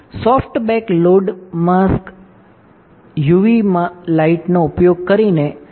soft bake load mask UV લાઇટનો ઉપયોગ કરીને વેફરને એક્સપોઝ કરે છે